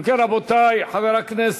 אם כן, רבותי, חבר הכנסת